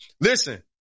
listen